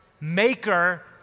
maker